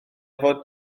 fod